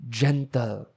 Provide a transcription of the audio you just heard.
gentle